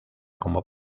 como